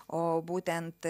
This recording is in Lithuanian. o būtent